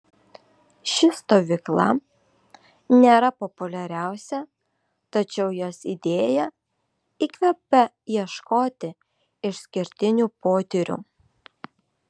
ši stovykla nėra populiariausia tačiau jos idėja įkvepia ieškoti išskirtinių potyrių